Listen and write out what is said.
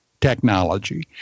technology